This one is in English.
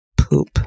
poop